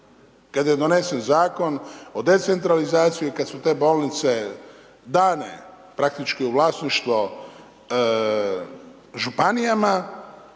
Kada je donesen Zakon o decentralizaciji i kad su te bolnice dane praktički u vlasništvo županijama,